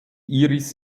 iris